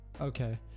Okay